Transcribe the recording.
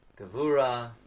Gavura